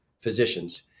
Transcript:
physicians